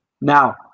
now